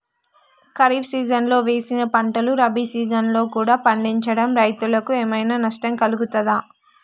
ఖరీఫ్ సీజన్లో వేసిన పంటలు రబీ సీజన్లో కూడా పండించడం రైతులకు ఏమైనా నష్టం కలుగుతదా?